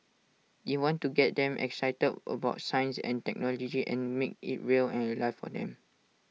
E want to get them excited about science and technology and make IT real and alive for them